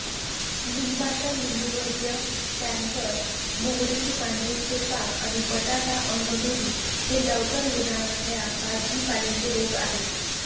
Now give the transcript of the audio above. लिंबाचा लिंबूवर्गीय कॅन्कर, मोहरीची पांढरी चेपा आणि बटाटा अंगमेरी हे लवकर येणा या भाजी पाल्यांचे रोग आहेत